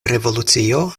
revolucio